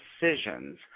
decisions